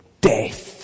death